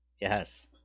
Yes